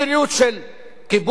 מדיניות של כיבוש,